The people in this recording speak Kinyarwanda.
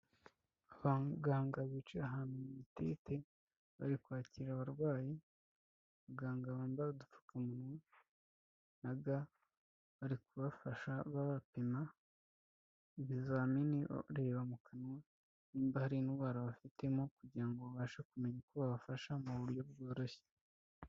Abaganga bicaye ahantu mu itente bari kwakira abarwayi, abaganga bambara udupfukamunwa na ga, bari kubafasha babapima ibizamini babareba mu kanwa niba hari indwara bafitemo kugira ngo babashe kumenya uko babafasha mu buryo bworoshye.